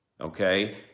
okay